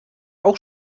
auch